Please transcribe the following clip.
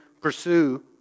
pursue